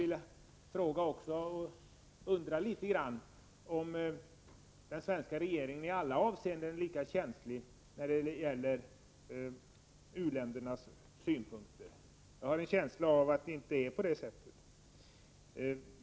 Men jag undrar också litet grand om den svenska regeringen i alla avseenden är lika känslig när det gäller u-ländernas synpunkter. Jag har en känsla av att det inte är på det sättet.